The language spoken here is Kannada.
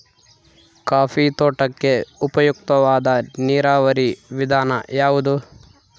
ಕಾಫಿ ತೋಟಕ್ಕೆ ಉಪಯುಕ್ತವಾದ ನೇರಾವರಿ ವಿಧಾನ ಯಾವುದು?